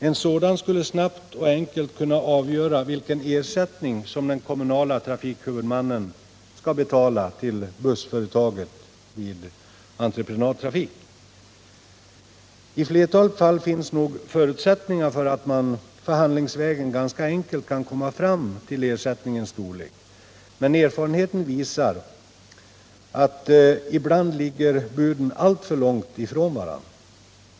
En sådan skulle snabbt och enkelt kunna avgöra vilken ersättning den kommunala trafikhuvudmannen skall betala till bussföretaget vid entreprenadtrafik. I flertalet fall finns nog förutsättningar för att man förhandlingsvägen ganska enkelt skall kunna komma fram till ersättningens storlek, men erfarenheten visar att buden ibland ligger alltför långt ifrån varandra.